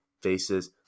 faces